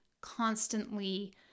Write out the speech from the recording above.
constantly